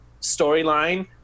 storyline